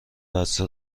بسته